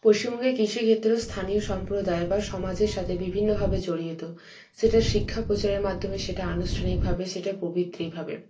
পশ্চিমবঙ্গের কৃষিক্ষেত্র স্থানীয় সম্প্রদায় বা সমাজের সাথে বিভিন্নভাবে জড়িয়ে যেত সেটা শিক্ষা প্রচারের মাধ্যমে সেটা আনুষ্ঠানিকভাবে সেটা প্রবৃত্তিভাবে